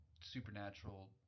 Supernatural